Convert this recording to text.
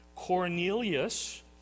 Cornelius